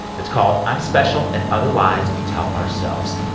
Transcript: it's called i'm special and other lies we tell ourselves.